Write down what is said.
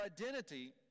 identity